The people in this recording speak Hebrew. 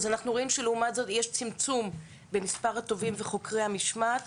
ואנחנו רואים שלעומת זאת יש צמצום במספר התובעים וחוקרי המשמעת.